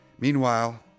Meanwhile